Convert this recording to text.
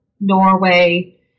Norway